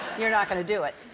you're not going to do it.